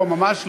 לא, ממש לא.